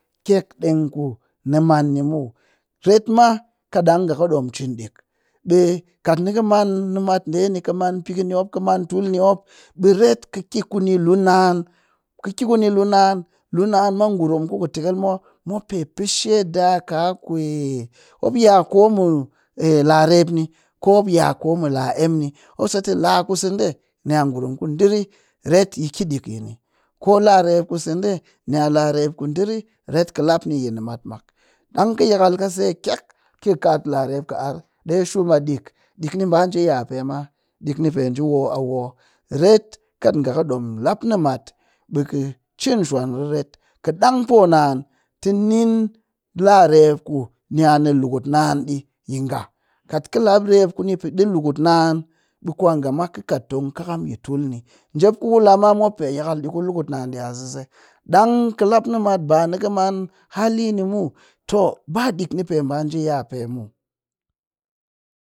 Kyek ɗeng ku man ni muw ret ma katɗang nga kɨ ɗom cin ɗik ɓe kat ni kɨ man nimat ɗe kɨ man pikɨn ni mop kɨ man tul ni mop ɓiret kɨ ki kuni lunaan, kɨ ki kuni lunaan, lunaan ma ngurum ku kɨtekel mop, mop pe pee shaida ka kwe mop yakoo mɨ larep ni ko mop yakoo mɨ la emm mop satɨ laa kuseɗe ni a ngurum ku ɗire ret yi ki ɗik yini ko larep kuseɗe ni a larep ku ɗire ret kɨ lap ni yi nimat mak. Ɗang kɨ yakal se kyek kɨ kat larep kɨ arr ɗe shum a ɗik, ɗik ni ɓaa njii yape ma, ɗik ni pe njii woo a woo ret kat nga kɨ ɗom lap nimat ɓe kɨ cin shwan riret kɨ ɗang poo naan tɨ ning larep ku ni a ni lukut naan ɗi yi nga kat kɨ lap rep ku ɗi lukut naan ɓe kwa nga ma kɨ kat tong kɨkam yi tul ni, njep ku kɨ laa ma mop pe yakal ɗi ku lukut naan ɗia sese. Dang ki lap nimat ba nikɨ man hali ni muw too ba ɗik ni pe ba nji yape muw.